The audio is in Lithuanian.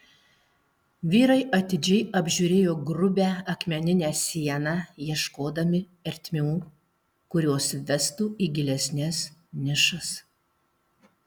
vyrai atidžiai apžiūrėjo grubią akmeninę sieną ieškodami ertmių kurios vestų į gilesnes nišas